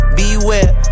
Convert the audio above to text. beware